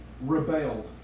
rebelled